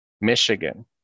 Michigan